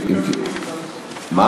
החוץ והביטחון.